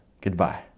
Goodbye